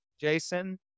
Jason